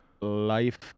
Life